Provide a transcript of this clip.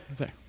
Okay